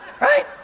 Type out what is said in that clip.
right